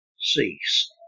cease